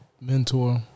mentor